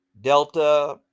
Delta